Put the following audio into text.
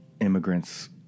immigrants